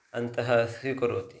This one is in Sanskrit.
अन्तः स्वीकरोति